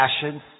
passions